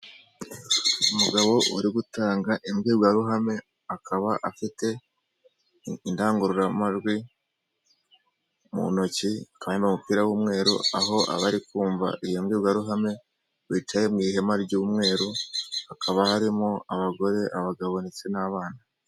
Umugabo uri gutanga imbwirwaruhame akaba afite indangururamajwi mu ntoki akaba yambaye umupira w'umweru, aho abari kumva iyo mbwirwaruhame bicaye mu ihema ry'umweru hakaba harimo abagore abagabo ndetse n'abana.